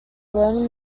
learning